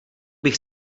bych